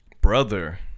Brother